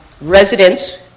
Residents